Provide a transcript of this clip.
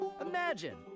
Imagine